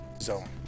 Zone